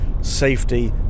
safety